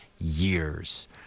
years